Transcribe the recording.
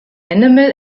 animal